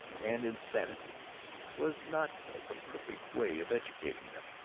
and insanity was not the perfect way of educating them.